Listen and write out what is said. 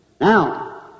Now